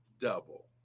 double